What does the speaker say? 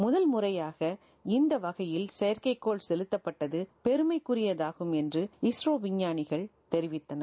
முதன்முறையாக இந்த வகையில் செயற்கைக்கோள் செலுத்தப்பட்டது பெருமைக்குரியதாகும் என்று இஸ்ரோ விஞ்ஞானிகள் தெரிவித்தனர்